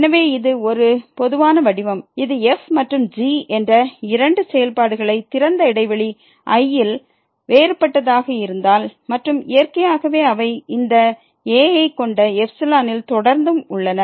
எனவே இது ஒரு பொதுவான வடிவம் இது f மற்றும் g என்ற இரண்டு செயல்பாடுகளை திறந்த இடைவெளி I யில் வேறுபட்டதாக இருந்தால் மற்றும் இயற்கையாகவே அவை இந்த a ஐ கொண்ட ல் தொடர்ந்தும் உள்ளன